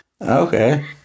Okay